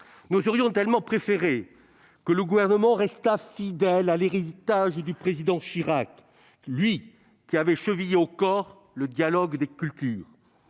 Nous aurions tellement préféré que le Gouvernement restât fidèle à l'héritage du président Jacques Chirac, lui qui avait chevillé au corps le dialogue des cultures.